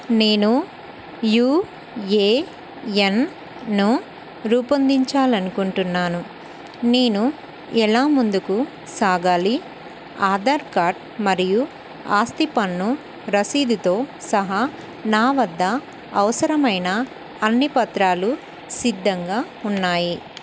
నేను యుఏఎన్ను రూపొందించాలి అనుకుంటున్నాను నేను ఎలా ముందుకు సాగాలి ఆధార్ కార్డ్ మరియు ఆస్తి పన్ను రసీదుతో సహా నా వద్ద అవసరమైన అన్ని పత్రాలు సిద్ధంగా ఉన్నాయి